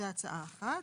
זאת הצעה אחת.